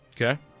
Okay